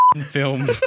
film